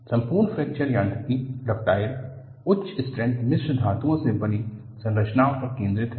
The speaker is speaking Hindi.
संपूर्ण फ्रैक्चर यांत्रिकी डक्टाइल उच्च स्ट्रेंथ मिश्र धातुओं से बने संरचनाओं पर केंद्रित है